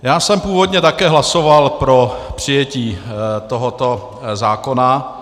Já jsem původně také hlasoval pro přijetí tohoto zákona.